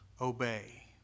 obey